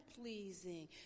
pleasing